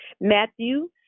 Matthew